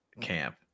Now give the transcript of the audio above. camp